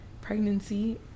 Pregnancy